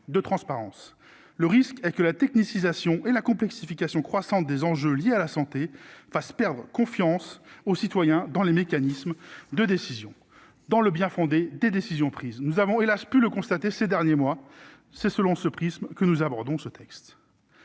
de transparence, le risque est que la technicisation et la complexification croissante des enjeux liés à la santé fasse perdre confiance aux citoyens dans les mécanismes de décision dans le bien-fondé des décisions prises, nous avons hélas pu le constater ces derniers mois, c'est selon ce prisme que nous abordons ce texte